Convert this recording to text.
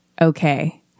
Okay